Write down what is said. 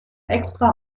extra